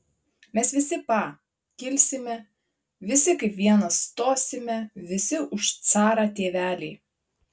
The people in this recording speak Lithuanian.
mes visi pa kilsime visi kaip vienas stosime visi už carą tėvelį